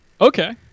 Okay